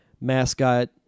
mascot